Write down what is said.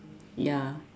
ya